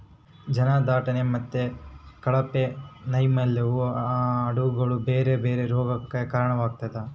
ಜನದಟ್ಟಣೆ ಮತ್ತೆ ಕಳಪೆ ನೈರ್ಮಲ್ಯವು ಆಡುಗಳ ಬೇರೆ ಬೇರೆ ರೋಗಗಕ್ಕ ಕಾರಣವಾಗ್ತತೆ